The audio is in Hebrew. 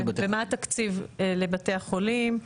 ומה התקציב לבתי החולים.